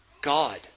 God